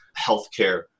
healthcare